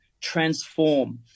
Transform